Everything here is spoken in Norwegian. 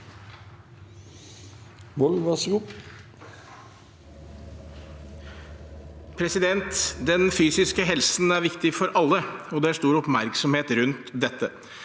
Den fysiske helsen er viktig for alle, og det er stor oppmerksomhet rundt dette.